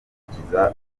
gukurikiza